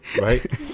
right